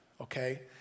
Okay